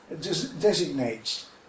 designates